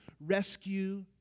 rescue